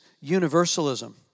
universalism